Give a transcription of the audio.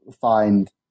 find